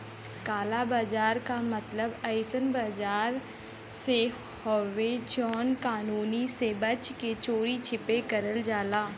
काला बाजार क मतलब अइसन बाजार से हउवे जौन कानून से बच के चोरी छिपे करल जाला